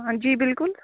ہاں جی بالکل